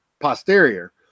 posterior